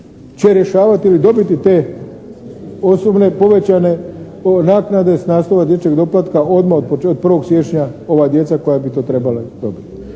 će rješavati ili dobiti te osobne, povećane naknade s naslova dječjeg doplatka odmah od 1. siječnja ova djeca koja bi to trebala dobiti?